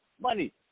money